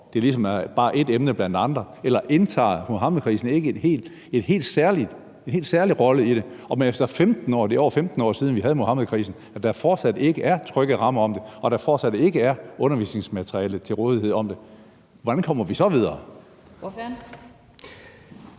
det ligesom bare er et emne blandt andre, eller indtager Muhammedkrisen ikke en helt særlig rolle? Når det er over 15 år siden, vi havde Muhammedkrisen, og der fortsat ikke er trygge rammer om det, og der fortsat ikke er undervisningsmateriale til rådighed om det, hvordan kommer vi så videre?